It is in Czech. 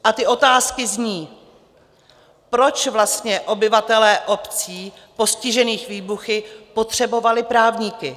A ty otázky zní: Proč vlastně obyvatelé obcí postižených výbuchy potřebovali právníky?